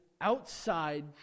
outside